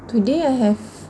today I have